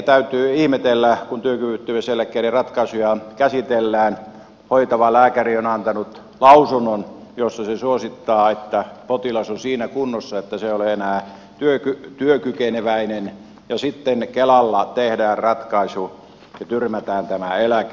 täytyy ihmetellä että kun työkyvyttömyyseläkkeiden ratkaisuja käsitellään hoitava lääkäri on antanut lausunnon jossa se suosittaa että potilas on siinä kunnossa ettei ole enää työkykeneväinen niin sitten kelalla tehdään ratkaisu ja tyrmätään tämä eläke